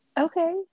Okay